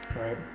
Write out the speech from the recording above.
right